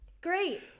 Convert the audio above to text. great